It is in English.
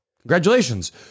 congratulations